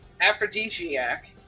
Aphrodisiac